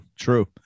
True